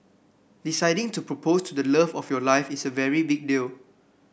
deciding to propose to the love of your life is a very big deal